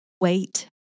wait